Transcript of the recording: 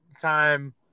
time